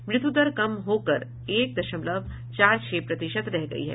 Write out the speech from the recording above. मृत्यु दर कम होकर एक दशमलव चार छह प्रतिशत रह गई है